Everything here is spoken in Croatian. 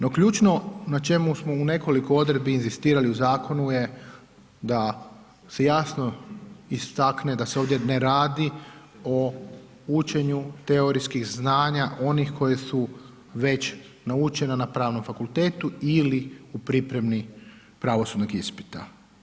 No ključno na čemu smo na nekoliko odredbi inzistirali u zakonu je, da se jasno istakne da se ovdje ne radi o učenju teorijskih znanja onih koje su već naučena na Pravnom fakultetu ili u pripremi pravosudnog ispita.